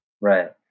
Right